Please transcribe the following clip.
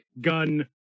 gun